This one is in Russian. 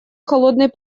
холодной